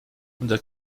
unser